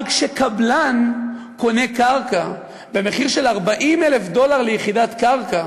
אבל כשקבלן קונה קרקע במחיר של 40,000 דולר ליחידת קרקע